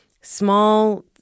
small